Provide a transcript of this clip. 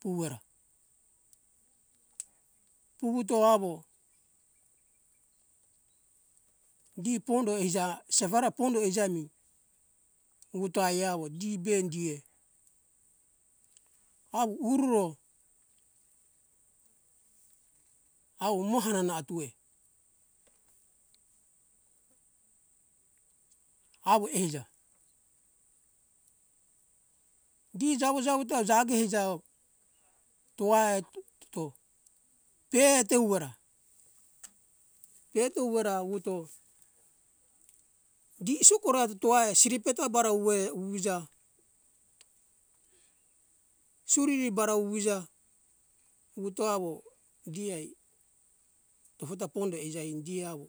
puwera puwuto awo di pondo eija sewara pondo eija mi wuwuto aia awo di be die awo ururo awo mo hanana atuwe awo eija di jawo jawo ta jage eija oh toai toto pete uera pete uera wuwuto gi sokora toai siripeto abara uwe wuwuja suriri bara uwija suriri bara uwija wuto awo di ai tofo ta pondo eija indi awo